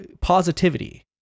positivity